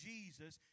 Jesus